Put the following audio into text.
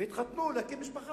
והם התחתנו כדי להקים משפחה.